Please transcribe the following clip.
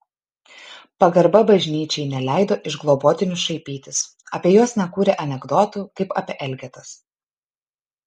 pagarba bažnyčiai neleido iš globotinių šaipytis apie juos nekūrė anekdotų kaip apie elgetas